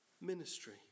ministry